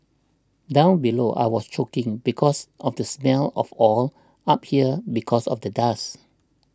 down below I was choking because of the smell of oil up here because of the dust